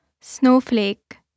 Snowflake